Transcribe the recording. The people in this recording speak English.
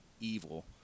evil